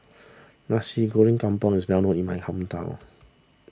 Nasi Goreng Kampung is well known in my hometown